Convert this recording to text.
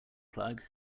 plug